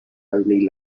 only